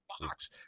box